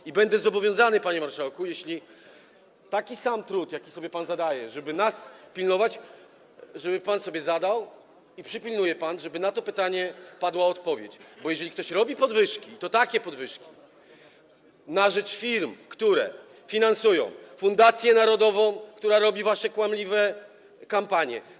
I będę zobowiązany, panie marszałku, jeśli taki sam trud, jaki sobie pan zadaje, żeby nas pilnować, pan sobie zada - i przypilnuje - żeby na to pytanie padła odpowiedź, bo jeżeli ktoś robi podwyżki, i to takie podwyżki, na rzecz firm, które finansują fundację narodową, która robi wasze kłamliwe kampanie.